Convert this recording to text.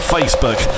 Facebook